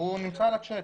למען הגילוי הנאות,